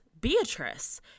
Beatrice